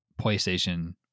PlayStation